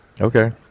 Okay